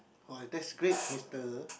oh that's great Mister